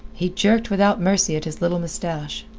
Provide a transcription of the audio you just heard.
he jerked without mercy at his little mustache.